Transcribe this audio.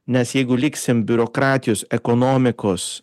nes jeigu liksim biurokratijos ekonomikos